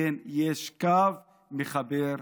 כן, יש קו מחבר.